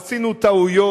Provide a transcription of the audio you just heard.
עשינו טעויות.